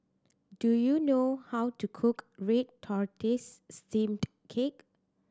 do you know how to cook red tortoise steamed cake